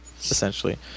essentially